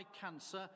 cancer